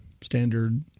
standard